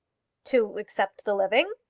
to accept the living?